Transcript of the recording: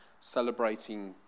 celebrating